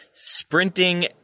sprinting